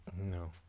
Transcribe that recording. no